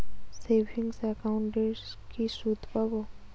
Savings একাউন্টে কি সুদ পাব?